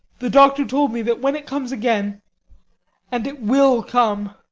the doctor told me that when it comes again and it will come